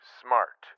smart